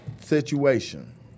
situation